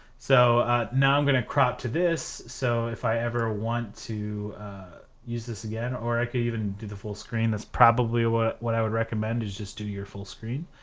so now i'm gonna crop to this, so if i ever want to use this again or i could even do the full screen that's probably what what i would recommend is just do your full screen.